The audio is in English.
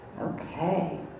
Okay